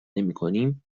نمیکنیم